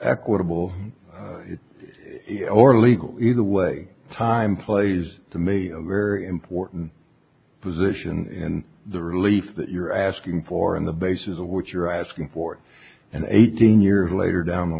equitable or legal either way time plays to me a very important position and the relief that you're asking for on the basis of what you're asking for and eighteen years later down the